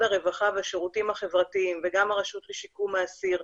הרווחה והשירותים החברתיים וגם הרשות לשיקום האסיר,